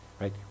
right